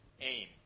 aim